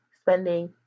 spending